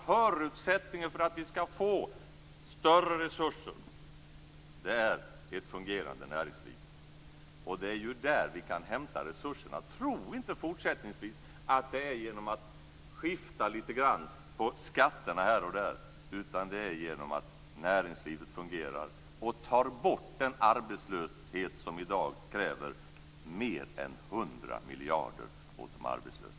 Förutsättningen för att vi skall få större resurser är ett fungerande näringsliv. Det är ju där vi kan hämta resurserna. Tro inte fortsättningsvis att det är genom att skifta lite grann på skatterna här och där, utan det är genom att näringslivet fungerar och tar bort den arbetslöshet som i dag kräver mer än hundra miljarder åt de arbetslösa.